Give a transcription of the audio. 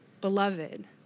beloved